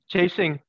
chasing